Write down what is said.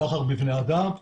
סחר בבני אדם,